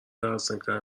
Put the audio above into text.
ترسناکتر